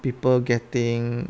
people getting